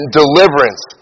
deliverance